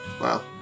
Wow